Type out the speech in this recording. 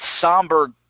somber